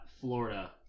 Florida